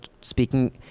speaking